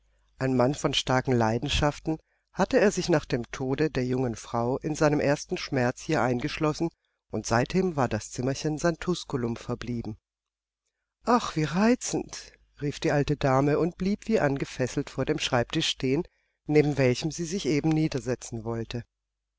ein mann von starken leidenschaften hatte er sich nach dem tode der jungen frau in seinem ersten schmerz hier eingeschlossen und seitdem war das zimmerchen sein tuskulum verblieben ach wie reizend rief die alte dame und blieb wie angefesselt vor dem schreibtisch stehen neben welchem sie sich eben niedersetzen wollte